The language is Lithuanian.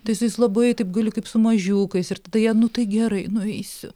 tai su jais labai taip gali kaip su mažiukais ir tada jie nu tai gerai nueisiu